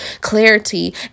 clarity